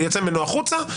יוצא ממנו החוצה,